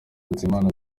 nizeyimana